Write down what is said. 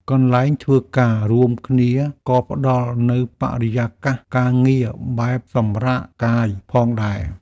កន្លែងធ្វើការរួមគ្នា ក៏ផ្តល់នូវបរិយាកាសការងារបែបសម្រាកកាយផងដែរ។